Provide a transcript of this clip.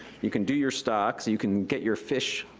you can do your stocks, you can get your fish,